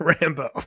Rambo